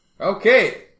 Okay